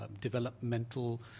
developmental